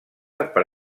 per